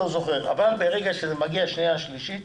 אבל ברגע שזה מגיע לקריאה שנייה ושלישית,